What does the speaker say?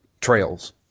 Trails